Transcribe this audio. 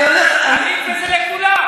המקווה זה לכולם.